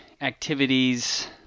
activities